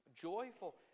joyful